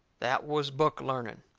that was book learning.